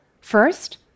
First